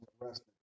arrested